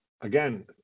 again